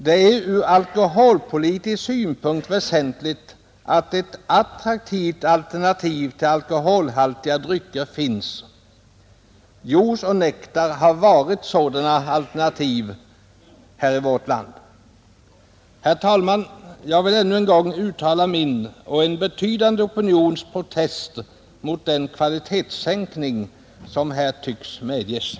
Det är ur alkoholpolitisk synpunkt väsentligt att ett attraktivt alternativ till alkoholhaltiga drycker finns. Juice och nektar har varit sådana alternativ här i vårt land. Herr talman! Jag vill ännu en gång uttala min och en betydande opinions protest mot den kvalitetssänkning som nu tycks komma att medges.